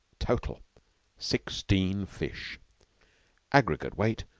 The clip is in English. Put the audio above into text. total sixteen fish aggregate weight,